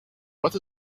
what